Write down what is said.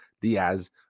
Diaz